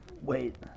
Wait